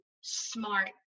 smart